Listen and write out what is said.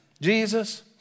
Jesus